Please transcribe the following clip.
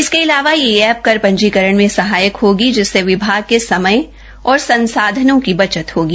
इसके अलावा यह ऐप कर पंजीकरण में सहायक होगी जिससे विभाग के समय और संसाधनों की बचत होगी